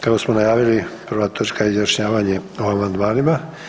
Kako smo najavili, prva točka je izjašnjavanje o amandmanima.